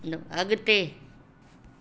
अॻिते